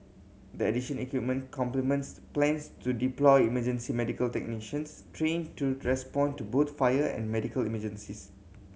the addition equipment complements plans to deploy emergency medical technicians trained to respond to both fire and medical emergencies